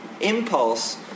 impulse